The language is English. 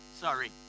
Sorry